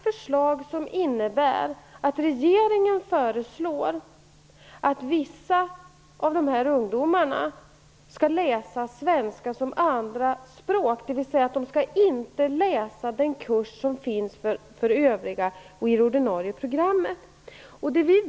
Förslaget innebär att vissa av dessa ungdomar skall läsa svenska som andraspråk, dvs. att de inte skall läsa den kurs som finns för övriga elever i det ordinarie programmet.